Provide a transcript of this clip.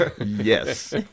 Yes